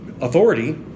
authority